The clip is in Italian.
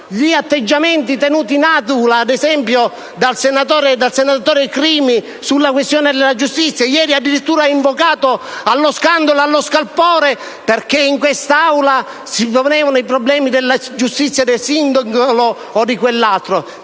gli atteggiamenti tenuti in Aula, ad esempio, dal senatore Crimi, in merito alla questione della giustizia: ieri ha addirittura invocato allo scandalo, allo scalpore, perché in quest'Aula si ponevano i problemi della giustizia del singolo o di quell'altro.